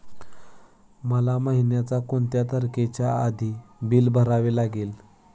मला महिन्याचा कोणत्या तारखेच्या आधी बिल भरावे लागेल?